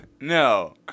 no